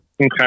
Okay